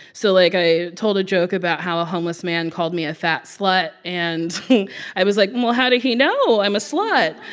so, like, i told a joke about how a homeless man called me a fat slut, and i was like, well, how did he know i'm a slut?